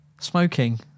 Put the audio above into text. smoking